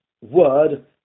word